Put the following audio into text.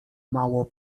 mało